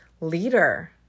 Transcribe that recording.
leader